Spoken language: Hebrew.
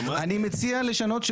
אני מציע לשנות,